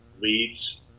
leads